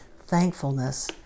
thankfulness